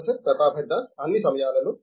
professor Pratap హరిదాస్అన్నీ సమయాలలో